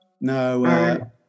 No